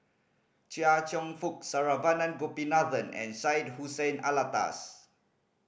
Chia Cheong Fook Saravanan Gopinathan and Syed Hussein Alatas